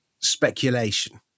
speculation